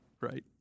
Right